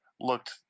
looked